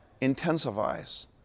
intensifies